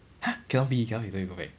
!huh! cannot be cannot you don't need go back